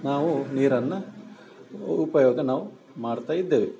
ನಾವು ನೀರನ್ನು ಉಪಯೋಗ ನಾವು ಮಾಡ್ತಾಯಿದ್ದೇವೆ